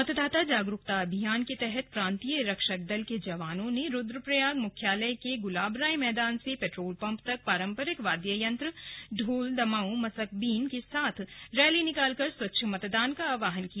मतदाता जागरूकता अभियान के तहत प्रांतीय रक्षक दल के जवानों ने रुद्रप्रयाग मुख्यालय के गुलाबराय मैदान से पेट्रोल पम्प तक पारंपरिक वाद्य यंत्र ढोल दमाऊं मसकबीन के साथ रैली निकालकर स्वच्छ मतदान का आहवान किया